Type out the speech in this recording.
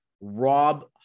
rob